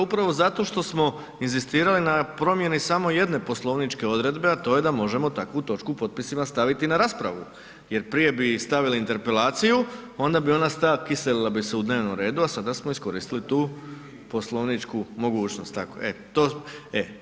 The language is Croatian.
Upravo zato što smo inzistirali na promijeni samo jedne poslovničke odredbe, a to je da možemo takvu točku u potpisima staviti na raspravu jer prije bi stavili interpelaciju, onda bi ona stav kiselila bi se u dnevnom redu, a sada smo iskoristili tu poslovničku mogućnost, tako, e, to.